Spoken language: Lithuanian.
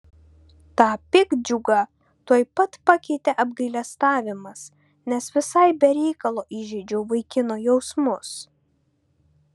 tą piktdžiugą tuoj pat pakeitė apgailestavimas nes visai be reikalo įžeidžiau vaikino jausmus